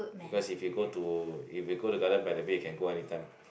because if you go to if you to Gardens-by-the-Bay you can go any time